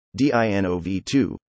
DINOV2